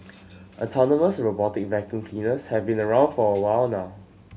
autonomous robotic vacuum cleaners have been around for a while now